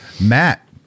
Matt